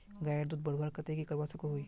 गायेर दूध बढ़वार केते की करवा सकोहो ही?